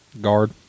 Guard